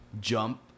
jump